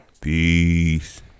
Peace